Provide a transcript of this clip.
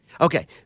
Okay